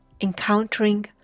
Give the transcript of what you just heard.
Encountering